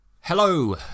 Hello